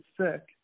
sick